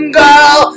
girl